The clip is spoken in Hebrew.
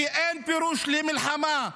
כי אין פירוש למלחמה.